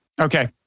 Okay